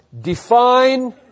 Define